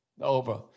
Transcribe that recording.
Over